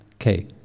Okay